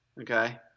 Okay